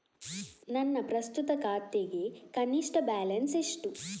ನನ್ನ ಪ್ರಸ್ತುತ ಖಾತೆಗೆ ಕನಿಷ್ಠ ಬ್ಯಾಲೆನ್ಸ್ ಎಷ್ಟು?